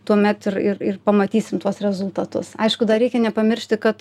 tuomet ir ir ir pamatysim tuos rezultatus aišku dar reikia nepamiršti kad